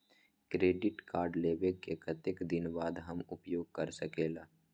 Credit card लेबे के कतेक दिन बाद हम उपयोग कर सकेला?